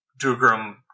dugram